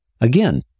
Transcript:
again